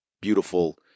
beautiful